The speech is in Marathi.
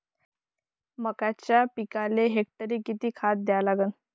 मक्याच्या पिकाले हेक्टरी किती खात द्या लागन?